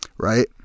Right